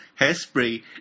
hairspray